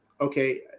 Okay